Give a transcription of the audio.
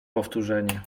powtórzenie